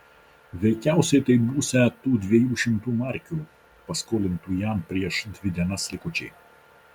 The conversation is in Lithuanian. veikiausiai tai būsią tų dviejų šimtų markių paskolintų jam prieš dvi dienas likučiai